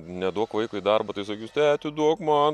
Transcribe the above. neduok vaikui darbo tai sakys teti duok man